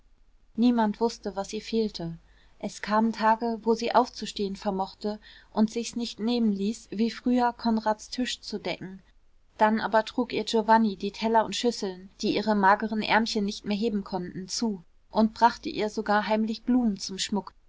niemand wußte was ihr fehlte es kamen tage wo sie aufzustehen vermochte und sich's nicht nehmen ließ wie früher konrads tisch zu decken dann aber trug ihr giovanni die teller und schüsseln die ihre mageren ärmchen nicht mehr heben konnten zu und brachte ihr sogar heimlich blumen zum schmuck